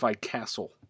castle